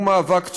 הוא מאבק צודק.